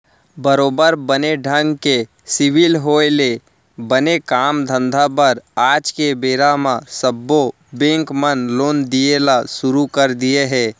बरोबर बने ढंग के सिविल होय ले बने काम धंधा बर आज के बेरा म सब्बो बेंक मन लोन दिये ल सुरू कर दिये हें